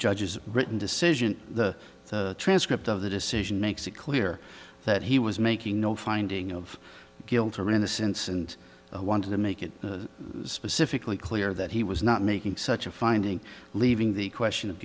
judges written decision the transcript of the decision makes it clear that he was making no finding of guilt or innocence and wanted to make it specifically clear that he was not making such a finding leaving the question of